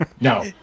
No